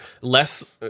less